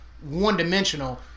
one-dimensional